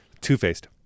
Two-faced